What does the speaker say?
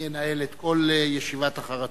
אני אנהל את כל ישיבת אחר הצהריים.